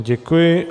Děkuji.